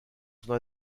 son